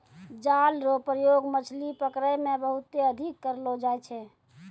जाल रो प्रयोग मछली पकड़ै मे बहुते अधिक करलो जाय छै